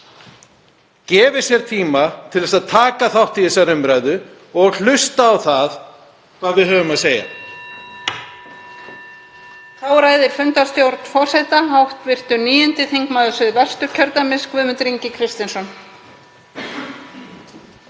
gefi sér tíma til að taka þátt í þessari umræðu og hlusta á það hvað við höfum að segja.